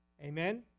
Amen